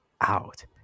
out